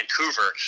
Vancouver